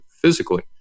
physically